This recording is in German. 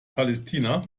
palästina